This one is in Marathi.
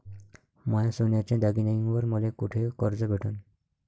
माया सोन्याच्या दागिन्यांइवर मले कुठे कर्ज भेटन?